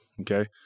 okay